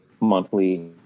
monthly